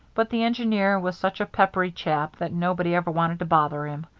but the engineer was such a peppery chap that nobody ever wanted to bother him.